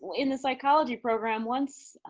in the psychology program, once,